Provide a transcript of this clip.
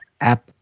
app